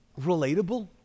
relatable